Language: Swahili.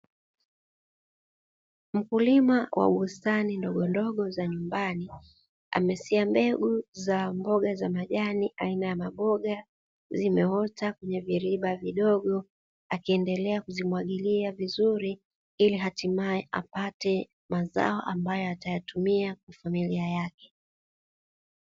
Mkulima wa bustani ndogondogo za nyumbani amesia mbegu za mboga za majani aina ya maboga, zimeota kwenye viriba vidogo akiendelea kuzimwagilia vizuri ili hatimaye apate mazao ambayo atayatumia kwa familia yake.